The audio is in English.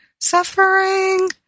suffering